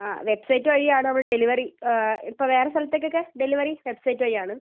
ആ വെബ്സൈറ്റ് വഴിയാണ് നമ്മൾ ഡെലിവറി ഇപ്പോൾ വേറെ സ്ഥലത്തേക്കൊക്കെ ഡെലിവറി വെബ്സൈറ്റ് വഴിയാണ്